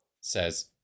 says